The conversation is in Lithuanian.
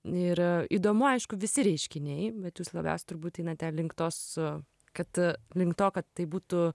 ir įdomu aišku visi reiškiniai bet jūs labiausiai turbūt einate link to su kad link to kad tai būtų